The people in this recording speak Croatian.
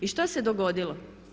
I što se dogodilo?